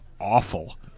awful